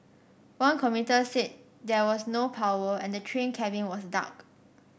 one commuter said there was no power and the train cabin was dark